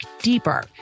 deeper